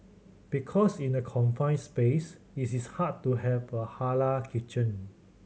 because in a confined space it is hard to have a halal kitchen